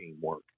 teamwork